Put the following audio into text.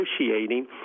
negotiating